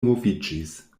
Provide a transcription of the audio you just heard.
moviĝis